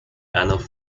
enough